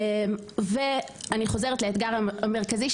אני חוזרת לאתגר המרכזי,